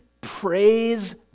praise